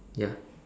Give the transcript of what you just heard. ya